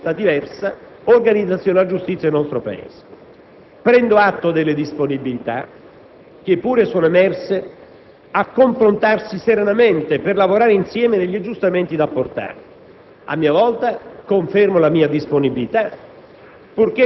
la congruità del tempo, cioè, nel quale lavorare e costruire questa diversa organizzazione della giustizia nel nostro Paese. Prendo atto delle disponibilità, che pure sono emerse, a confrontarsi serenamente per lavorare insieme agli aggiustamenti da apportare.